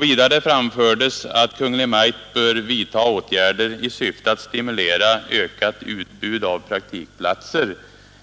Vidare anfördes att Kungl. Maj:t bör vidta åtgärder i syfte att stimulera ökat utbud av praktikplatser, i